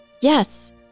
yes